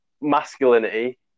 masculinity